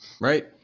Right